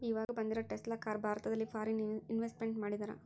ಈವಾಗ ಬಂದಿರೋ Tesla car ಭಾರತದಲ್ಲಿ ಫಾರಿನ್ ಇನ್ವೆಸ್ಟ್ಮೆಂಟ್ ಮಾಡಿದರಾ